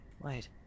Wait